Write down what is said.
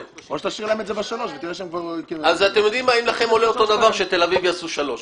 אם לכם עולה אותו דבר, שתל-אביב יעשו שלוש.